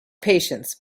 patience